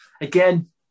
again